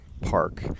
park